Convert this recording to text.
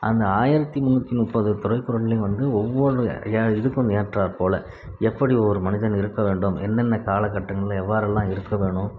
அந்த ஆயிரத்து முன்னூற்றி முப்பது திருக்குறளிலையும் வந்து ஒவ்வொரு இதுக்கும் ஏற்றார் போல் எப்படி ஒரு மனிதன் இருக்க வேண்டும் என்னென்ன காலகட்டங்களில் எவ்வாரெல்லாம் இருக்க வேணும்